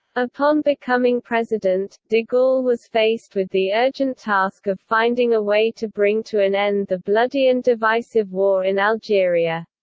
upon becoming president, de gaulle was faced with the urgent task of finding a way to bring to an end the bloody and divisive war in algeria.